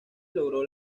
logró